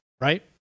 Right